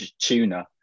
Tuna